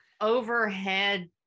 overhead